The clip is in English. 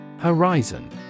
Horizon